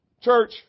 Church